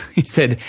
he said,